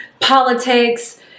politics